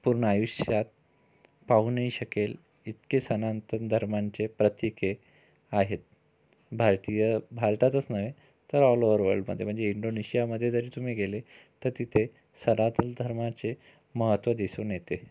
पूर्ण आयुष्यात पाहू नाही शकेल इतके सनातन धर्मांचे प्रतीके आहेत भारतीय भारतातच नव्हे तर ऑल ओवर वर्ल्डमध्ये म्हणजे इंडोनेशियामध्ये जरी तुम्ही गेले तर तिथे सनातन धर्माचे महत्त्व दिसून येते